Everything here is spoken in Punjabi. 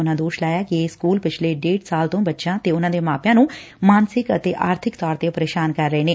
ਉਨੁਾ ਦੋਸ਼ ਲਾਇਆ ਕਿ ਇਹ ਸਕੂਲ ਪਿਛਲੇ ਡੇਢ ਸਾਲ ਤੋ ਬੱਚਿਆਂ ਤੇ ਉਨਾਂ ਦੇ ਮਾਪਿਆਂ ਨੁੰ ਮਾਨਸਿਕ ਅਤੇ ਆਰਬਿਕ ਤੌਰ ਤੇ ਪ੍ਰੇਸ਼ਾਨ ਕਰ ਰਹੇ ਨੇ